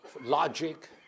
logic